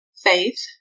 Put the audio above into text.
faith